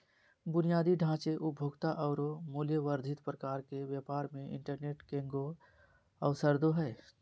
बुनियादी ढांचे, उपभोक्ता औरो मूल्य वर्धित प्रकार के व्यापार मे इंटरनेट केगों अवसरदो हइ